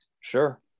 Sure